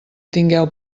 tingueu